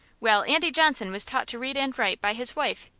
well, andy johnson was taught to read and write by his wife.